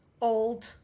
Old